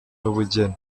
n’ubugeni